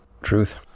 Truth